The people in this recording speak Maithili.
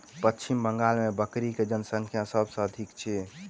पश्चिम बंगाल मे बकरी के जनसँख्या सभ से अधिक अछि